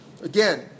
Again